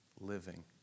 living